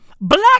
Black